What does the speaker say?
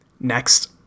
Next